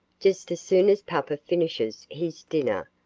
just as soon as papa finishes his dinner,